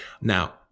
Now